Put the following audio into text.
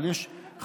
אבל יש חפיפות,